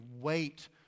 wait